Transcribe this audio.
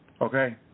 okay